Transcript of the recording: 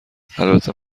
البته